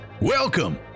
welcome